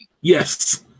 Yes